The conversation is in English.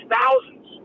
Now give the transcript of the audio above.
thousands